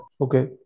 Okay